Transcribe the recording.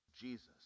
Jesus